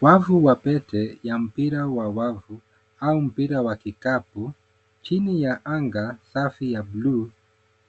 Wavu wa pete ya mpira wa wavu au mpira wa kikapu chini ya anga safi ya bluu.